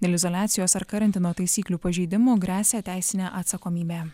dėl izoliacijos ar karantino taisyklių pažeidimų gresia teisinė atsakomybė